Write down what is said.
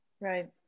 right